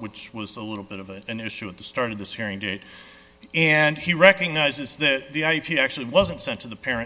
which was a little bit of an issue at the start of this hearing date and he recognizes that the ip actually wasn't sent to the parent